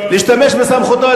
להשתמש בסמכותו,